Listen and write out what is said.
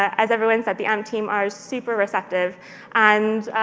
as everyone said, the amp team are super receptive and